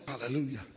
Hallelujah